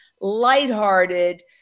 lighthearted